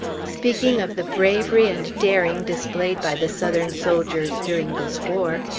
speaking of the bravery and daring displayed by the southern soldiers during this war,